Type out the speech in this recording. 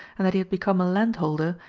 and that he had become a landholder,